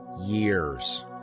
years